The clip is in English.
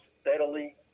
steadily